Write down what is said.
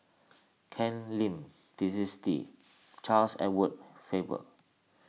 Ken Lim Twisstii Charles Edward Faber